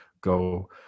go